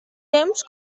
temps